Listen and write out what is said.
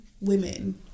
women